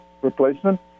replacement